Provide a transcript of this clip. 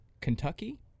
Kentucky